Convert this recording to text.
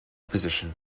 position